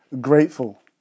grateful